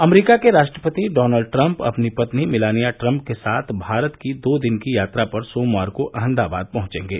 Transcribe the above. अमरीका के राष्ट्रपति Donald Trump अपनी पत्नी मिलानिया ट्रंप के साथ भारत की दो दिन की यात्रा पर सोमवार को अहमदाबाद पहुंचेंगे